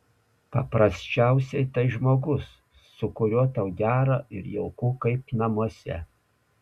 paprasčiausiai tai žmogus su kuriuo tau gera ir jauku kaip namuose